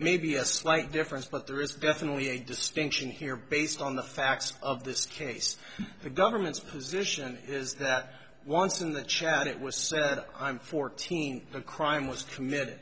maybe a slight difference but there is definitely a distinction here based on the facts of this case the government's position is that once in the chat it was said i'm fourteen the crime was committed